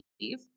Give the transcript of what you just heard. leave